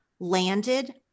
landed